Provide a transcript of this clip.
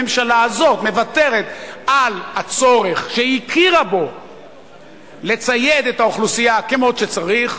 הממשלה הזאת מוותרת על הצורך שהכירה בו לצייד את האוכלוסייה כמו שצריך.